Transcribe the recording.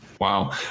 Wow